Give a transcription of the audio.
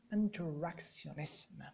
interactionism